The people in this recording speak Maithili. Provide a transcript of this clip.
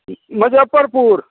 मजफ्फरपुर